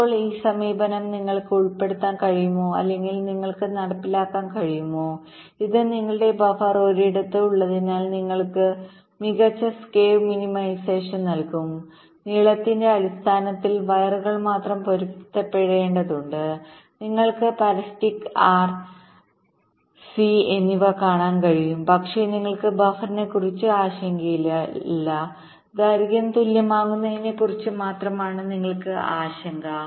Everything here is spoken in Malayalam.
ഇപ്പോൾ ഈ സമീപനം നിങ്ങൾക്ക് ഉൾപ്പെടുത്താൻ കഴിയുമോ അല്ലെങ്കിൽ നിങ്ങൾക്ക് നടപ്പിലാക്കാൻ കഴിയുമോ ഇത് നിങ്ങളുടെ ബഫർ ഒരിടത്ത് ഉള്ളതിനാൽ ഇത് നിങ്ങൾക്ക് മികച്ച സ്കേവ് മിനിമൈസേഷൻ നൽകും നീളത്തിന്റെ അടിസ്ഥാനത്തിൽ വയറുകൾ മാത്രം പൊരുത്തപ്പെടേണ്ടതുണ്ട് നിങ്ങൾക്ക് പരസിറ്റിക്സ് ആർ സിparasitics R and Cഎന്നിവ കാണാൻ കഴിയും പക്ഷേ നിങ്ങൾക്ക് ബഫറിനെക്കുറിച്ച് ആശങ്കയില്ല ദൈർഘ്യം തുല്യമാക്കുന്നതിനെക്കുറിച്ച് മാത്രമാണ് നിങ്ങൾക്ക് ആശങ്ക